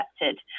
accepted